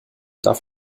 darf